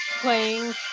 playing